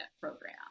program